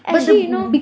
actually you know